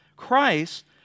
Christ